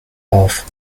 auf